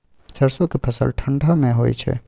सरसो के फसल ठंडा मे होय छै?